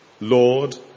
Lord